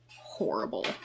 horrible